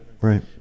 right